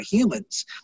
humans